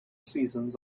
seasons